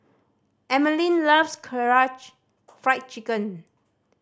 Emeline loves Karaage Fried Chicken